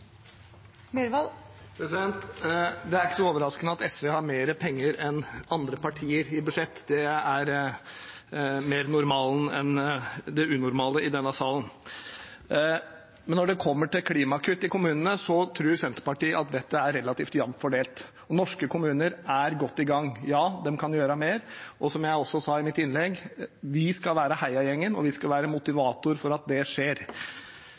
ikke så overraskende at SV har mer penger enn andre partier i budsjettet, det er mer normalen enn det unormale i denne salen. Men når det kommer til klimakutt i kommunene, tror Senterpartiet at vettet er relativt jamt fordelt. Norske kommuner er godt i gang. Ja, de kan gjøre mer, og som jeg også sa i mitt innlegg: Vi skal være heiagjeng og motivator for at det skjer.